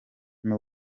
film